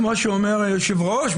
כמו שאומר היושב ראש,